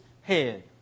head